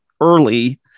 early